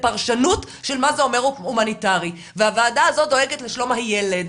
לפרשנות של מה זה אומר הומניטרי והוועדה הזאת דואגת לשלום הילד